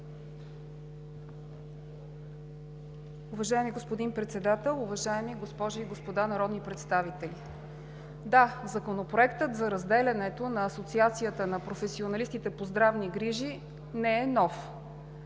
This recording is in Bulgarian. Уважаеми господин Председател, уважаеми госпожи и господа народни представители! Да, Законопроектът за разделянето на Асоциацията на професионалистите по здравни грижи не е нов.